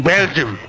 Belgium